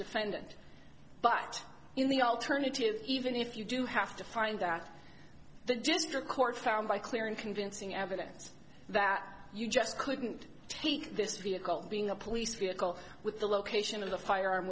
defendant but in the alternative even if you do have to find that the just a court found by clear and convincing evidence that you just couldn't take this vehicle being a police vehicle with the location of the fire